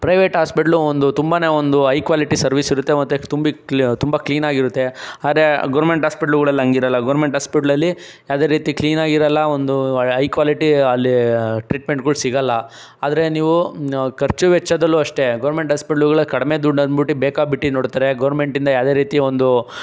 private hospital ಒಂದು ತುಂಬನೇ ಒಂದು ಹೈ ಕ್ವಾಲಿಟಿ ಸರ್ವೀಸಿರುತ್ತೆ ಮತ್ತೆ ತುಂಬಿ ತುಂಬ ಕ್ಲೀನಾಗಿರುತ್ತೆ ಆದರೆ ಗೌರ್ಮೆಂಟ್ ಹಾಸ್ಪಿಟ್ಲುಗಳಲ್ಲಿ ಹಾಗಿರಲ್ಲ ಗೌರ್ಮೆಂಟ್ ಹಾಸ್ಪಿಟ್ಲಲ್ಲಿ ಯಾವುದೇ ರೀತಿ ಕ್ಲೀನಾಗಿರಲ್ಲ ಒಂದು ಹೈ ಕ್ವಾಲಿಟಿ ಅಲ್ಲಿ ಟ್ರೀಟ್ಮೆಂಟ್ಗಳು ಸಿಗಲ್ಲ ಆದರೆ ನೀವು ಖರ್ಚು ವೆಚ್ಚದಲ್ಲೂ ಅಷ್ಟೇ ಗೌರ್ಮೆಂಟ್ ಹಾಸ್ಪಿಟ್ಲುಗಳು ಕಡಿಮೆ ದುಡ್ಡು ಅಂದ್ಬಿಟ್ಟು ಬೇಕಾಬಿಟ್ಟಿ ನೋಡ್ತಾರೆ ಗೌರ್ಮೆಂಟ್ಟಿಂದ ಯಾವುದೇ ರೀತಿ ಒಂದು